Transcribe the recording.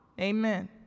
Amen